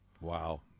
Wow